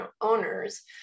owners